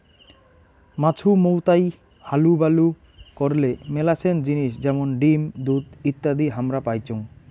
মাছুমৌতাই হালুবালু করলে মেলাছেন জিনিস যেমন ডিম, দুধ ইত্যাদি হামরা পাইচুঙ